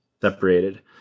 separated